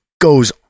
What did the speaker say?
goes